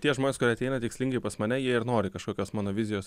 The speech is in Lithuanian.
tie žmonės kurie ateina tikslingai pas mane jie ir nori kažkokios mano vizijos